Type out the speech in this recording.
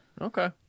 okay